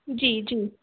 जी जी